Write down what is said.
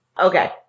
Okay